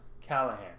Callahan